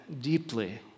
deeply